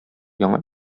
яңа